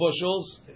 bushels